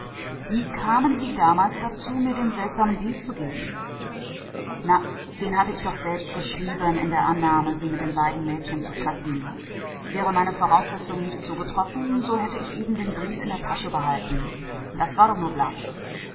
wie kamen sie damals dazu mir den seltsamen brief zu geben na den hatte ich doch selbst geschrieben in der annahme sie mit den beiden mädchen zu treffen wäre meine voraussetzung nicht zugetroffen so hätte ich eben den brief in der tasche behalten das war doch nur